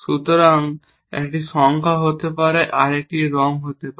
সুতরাং একটি সংখ্যা হতে পারে আরেকটি রঙ হতে পারে